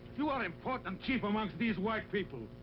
you are important chief amongst these white people.